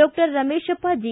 doctor Rameshappa G